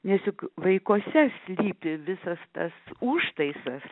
nes juk vaikuose slypi visas tas užtaisas